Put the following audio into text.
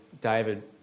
David